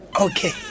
Okay